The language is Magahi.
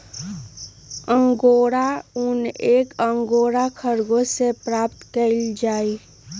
अंगोरा ऊन एक अंगोरा खरगोश से प्राप्त कइल जाहई